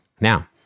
Now